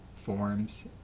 forms